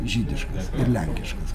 žydiškas ir lenkiškas